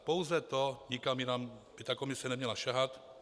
Pouze to, nikam jinam by ta komise neměla sahat.